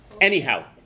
anyhow